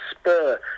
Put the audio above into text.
spur